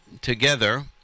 together